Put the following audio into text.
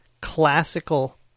classical